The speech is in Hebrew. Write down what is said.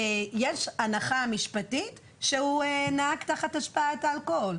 יש הנחה משפטית שהוא נהג תחת השפעת אלכוהול.